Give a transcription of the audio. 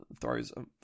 throws